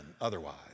otherwise